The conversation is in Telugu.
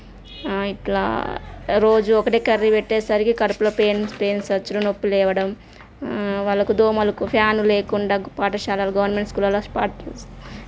ఇట్లా రోజూ ఒకటే కర్రీ పెట్టేసరికి కడుపులో పెయిన్స్ పెయిన్స్ వచ్చుడు నొప్పి లేవడం వాళ్ళకు దోమలకు ఫ్యాను లేకుండా పాఠశాలలు గవర్నమెంట్ స్కూలల్లో